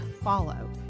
follow